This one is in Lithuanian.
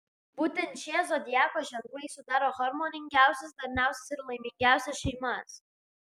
būtent šie zodiako ženklai sudaro harmoningiausias darniausias ir laimingiausias šeimas